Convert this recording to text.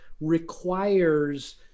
requires